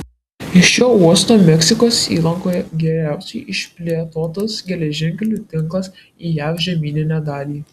iš šio uosto meksikos įlankoje geriausiai išplėtotas geležinkelių tinklas į jav žemyninę dalį